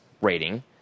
rating